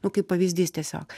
nu kaip pavyzdys tiesiog